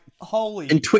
holy